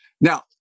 Now